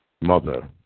mother